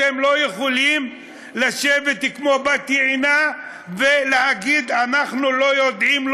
אתם לא יכולים לשבת כמו בת-יענה ולהגיד: אנחנו לא יודעים,